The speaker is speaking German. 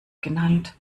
genannt